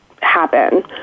happen